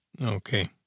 Okay